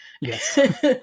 yes